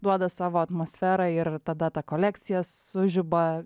duoda savo atmosferą ir tada ta kolekcija sužiba